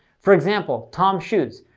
for example, toms shoes.